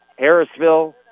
Harrisville